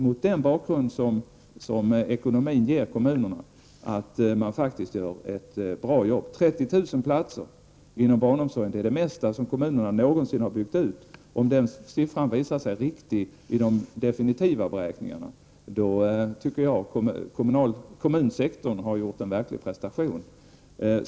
Mot den bakgrund som ekonomin ger kommunerna tycker jag att de faktiskt gör ett bra jobb. 30 000 platser inom barnomsorgen är det mesta som kommunerna någonsin har byggt ut. Visar sig den siffran riktig i de definitiva beräkningarna, tycker jag att kommunsektorn har gjort en verklig prestation.